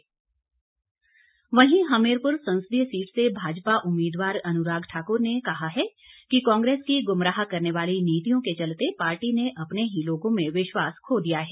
अनुराग ठाकुर वहीं हमीरपुर संसदीय सीट से भाजपा उम्मीदवार अनुराग ठाक्र ने कहा है कि कांग्रेस की गुमराह करने वाली नीतिर्यो के चलते पार्टी ने अपने ही लोगों में विश्वास खो दिया है